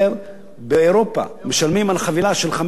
באירופה משלמים על חבילה של 500 ערוצים